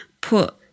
put